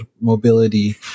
mobility